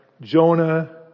Jonah